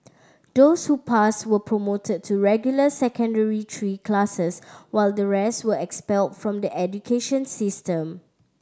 those who passed were promoted to regular Secondary Three classes while the rest were expelled from the education system